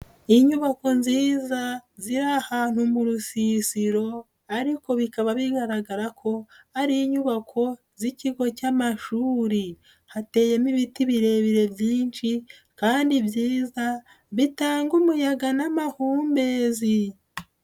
Inyubako nziza ziri ahantu mu rusiziro ariko bikaba bigaragara ko ari inyubako z'ikigo cy'amashuri, hateyemo ibiti birebire byinshi kandi byiza bitanga umuyaga n'amahumbezi.